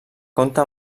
compta